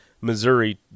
Missouri